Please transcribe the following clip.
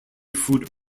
food